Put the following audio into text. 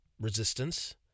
resistance